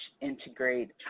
integrate